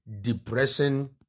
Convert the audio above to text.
depression